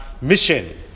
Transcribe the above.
mission